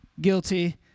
Guilty